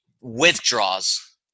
withdraws